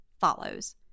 follows